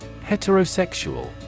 Heterosexual